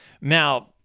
now